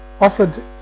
offered